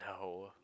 no